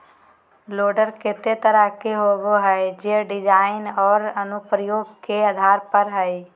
loader केते तरह के होबो हइ, जे डिज़ाइन औरो अनुप्रयोग के आधार पर हइ